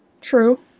True